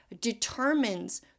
determines